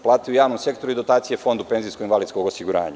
Plate u javnom sektoru i dotacije Fondu penzijsko-invalidskom osiguranja.